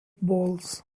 balls